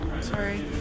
sorry